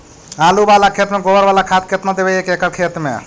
आलु बाला खेत मे गोबर बाला खाद केतना देबै एक एकड़ खेत में?